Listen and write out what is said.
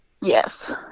Yes